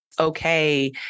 okay